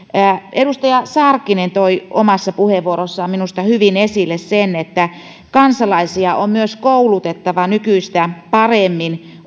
edustaja sarkkinen toi omassa puheenvuorossaan minusta hyvin esille sen että kansalaisia on myös koulutettava nykyistä paremmin